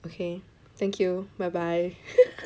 ok thank you bye bye